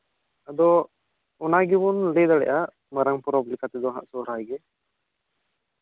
ᱟᱫᱚ ᱚᱱᱟ ᱜᱮᱵᱚᱱ ᱞᱟᱹᱭ ᱫᱟᱲᱮᱭᱟᱜᱼᱟ ᱢᱟᱨᱟᱝ ᱯᱚᱨᱚᱵᱽ ᱞᱮᱠᱟᱛᱮᱫᱚ ᱥᱚᱨᱦᱟᱭ ᱜᱮ